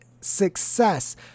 success